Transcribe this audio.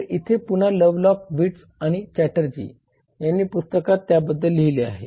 तर इथे पुन्हा लव्हलॉक विर्ट्झ आणि चॅटर्जी यांनी पुस्तकात त्याबद्दल लिहिले आहे